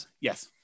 Yes